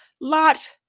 Lot